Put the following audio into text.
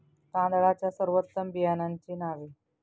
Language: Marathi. तांदळाच्या सर्वोत्तम बियाण्यांची नावे?